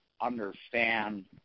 understand